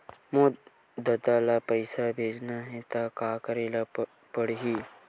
मोर ददा ल पईसा भेजना हे त का करे ल पड़हि?